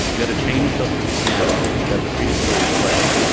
you had to chain yourself to the piano to have the freedom to really play.